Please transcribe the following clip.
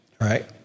Right